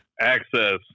Access